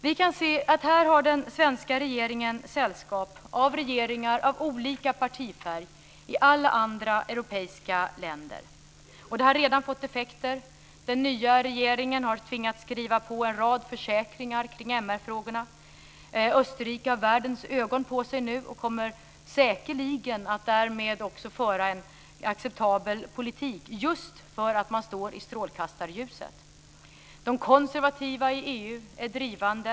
Vi kan se att den svenska regeringen i det här avseendet har sällskap av regeringar av olika partifärg i alla andra europeiska länder. Det har redan fått effekter. Den nya regeringen har tvingats skriva på en rad försäkringar kring MR-frågorna. Österrike har världens ögon på sig nu. Och man kommer säkerligen att föra en acceptabel politik just därför att man står i strålkastarljuset. De konservativa i EU är drivande.